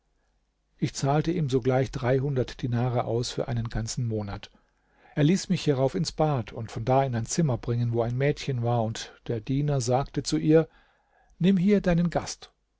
ich zahlte ihm sogleich dreihundert dinare aus für einen ganzen monat er ließ mich hierauf ins bad und von da in ein zimmer bringen wo ein mädchen war und der diener sagte ihr nimm hier deinen gast